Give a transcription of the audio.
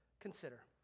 consider